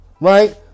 right